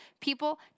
people